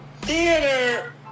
Theater